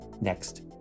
next